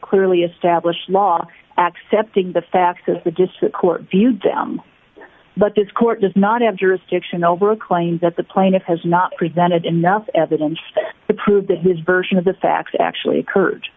clearly established law accepting the facts as the district court viewed them but this court does not have jurisdiction over a claim that the plaintiff has not presented enough evidence to prove that his version of the facts actually occurred